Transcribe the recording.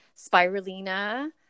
spirulina